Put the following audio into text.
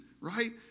right